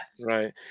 Right